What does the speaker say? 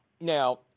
Now